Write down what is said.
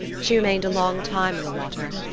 she remained a long time in the water,